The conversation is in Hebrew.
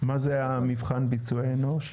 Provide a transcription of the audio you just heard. --- מה זה מבחן ביצועי אנוש?